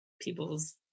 people's